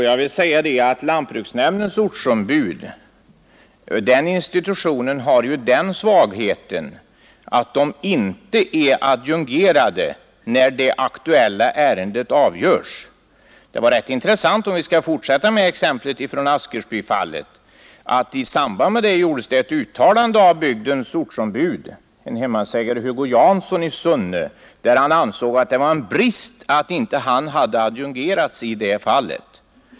Jag vill vidare säga att institutionen lantbruksnämnden har den svagheten att ortsombuden inte är adjungerade när det aktuella ärendet avgörs. Det var rätt intressant — om vi skall fortsätta med exemplet från Askersbyfallet — att det i samband därmed gjordes ett uttalande av bygdens ortsombud, hemmansägare Hugo Jansson i Sunne, som ansåg att det var en brist att han inte hade adjungerats i det fallet.